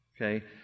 Okay